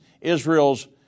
Israel's